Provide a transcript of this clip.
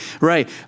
right